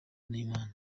n’imana